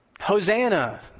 Hosanna